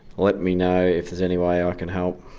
let me know if there's any way i can help.